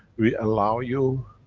we allow you,